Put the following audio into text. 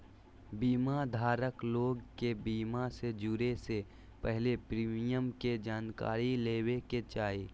बीमा धारक लोग के बीमा से जुड़े से पहले प्रीमियम के जानकारी लेबे के चाही